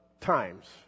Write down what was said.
times